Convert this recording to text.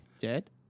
Dead